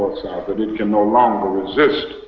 south that it can no longer resist.